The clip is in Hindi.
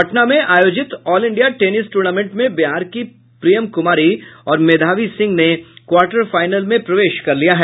पटना में आयोजित ऑल इंडिया टेनिस टूर्नामेंट में बिहार की प्रियम कुमारी और मेधावी सिंह ने र्क्वाटर फाइनल में प्रवेश कर लिया है